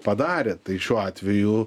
padarėt tai šiuo atveju